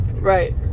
Right